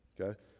okay